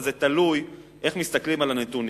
זה תלוי איך מסתכלים על הנתונים.